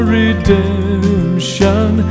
redemption